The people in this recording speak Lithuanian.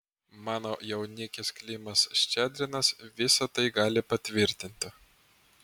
mano jaunikis klimas ščedrinas visa tai gali patvirtinti